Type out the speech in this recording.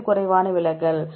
எது குறைவான விலகல்